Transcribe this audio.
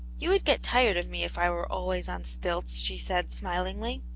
you would get tired of me if i were always on stilts, she said, smilingly.